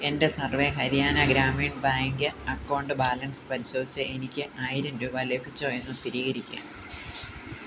എൻ്റെ Sarva Haryana Gramin bank account balance പരിശോധിച്ച് എനിക്ക് ആയിരം രൂപ ലഭിച്ചോ എന്ന് സ്ഥിരീകരിക്കുക